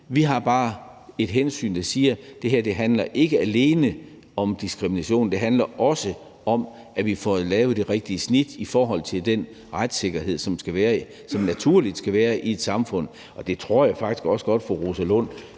Vi har bare et hensyn, der siger, at det her ikke alene handler om diskrimination; det handler også om, at vi får lavet det rigtige snit i forhold til den retssikkerhed, som naturligt skal være i et samfund. Og jeg tror faktisk også godt, at fru Rosa Lund